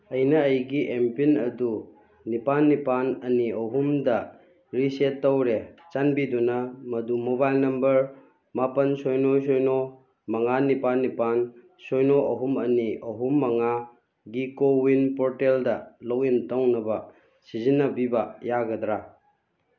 ꯑꯩꯅ ꯑꯩꯒꯤ ꯑꯦꯝꯄꯤꯟ ꯑꯗꯨ ꯅꯤꯄꯥꯜ ꯅꯤꯄꯥꯜ ꯑꯅꯤ ꯑꯍꯨꯝꯗ ꯔꯤꯁꯦꯠ ꯇꯧꯔꯦ ꯆꯥꯟꯕꯤꯗꯨꯅ ꯃꯗꯨ ꯃꯣꯕꯥꯏꯜ ꯅꯝꯕꯔ ꯃꯥꯄꯜ ꯁꯤꯅꯣ ꯁꯤꯅꯣ ꯃꯉꯥ ꯅꯤꯄꯥꯜ ꯅꯤꯄꯥꯜ ꯁꯤꯅꯣ ꯑꯍꯨꯝ ꯑꯅꯤ ꯑꯍꯨꯝ ꯃꯉꯥꯒꯤ ꯀꯣꯋꯤꯟ ꯄꯣꯔꯇꯦꯜꯗ ꯂꯣꯛꯏꯟ ꯇꯧꯅꯕ ꯁꯤꯖꯤꯟꯅꯕꯤꯕ ꯌꯥꯒꯗ꯭ꯔꯥ